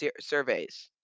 surveys